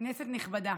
כנסת נכבדה,